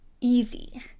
easy